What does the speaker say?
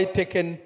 taken